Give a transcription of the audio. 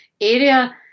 area